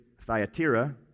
Thyatira